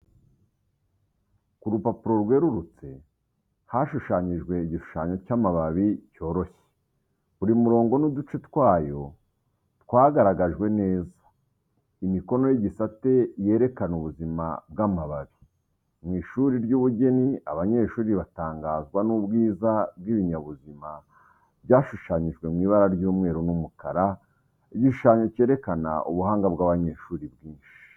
Ku rupapuro rwerurutse, hashushanyijwe igishushanyo cy’amababi cyoroshye, buri murongo n’uduce twayo twagaragajwe neza. Imikono y’igisate yerekana ubuzima bw’amababi. Mu ishuri ry’ubugeni, abanyeshuri baratangazwa n’ubwiza bw’ibinyabuzima byashushanyijwe mu ibara ry’umweru n'umukara, igishushanyo cyerekana ubuhanga bw'abanyeshuri bwinshi.